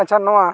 ᱟᱪᱪᱷᱟ ᱱᱚᱣᱟ